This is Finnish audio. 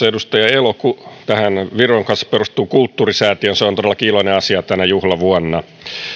edustaja elo viittasi viron kanssa perustettuun kulttuurisäätiöön se on todellakin iloinen asia tänä juhlavuonna